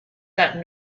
that